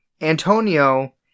Antonio